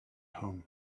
home